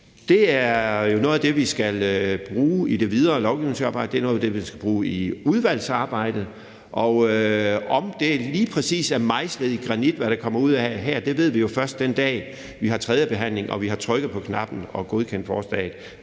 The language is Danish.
Det er jo noget af det, vi skal bruge i det videre lovgivningsarbejde; det er noget af det, vi skal bruge i udvalgsarbejdet. Om det lige præcis er mejslet i granit, hvad der kommer ud af det her, ved vi jo først den dag, vi har tredje behandling, og vi har trykket på knappen og godkendt forslaget,